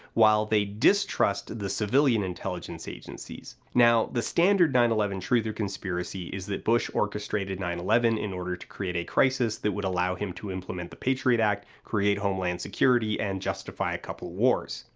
while they distrust the civilian intelligence agencies. now, the standard nine eleven truther conspiracy is that bush orchestrated nine eleven in order to create a crisis that would allow him to implement the patriot act, create homeland security, and justify a couple wars.